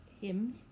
hymns